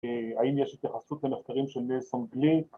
‫האם יש התייחסות למחקרים ‫של נאסון בלי?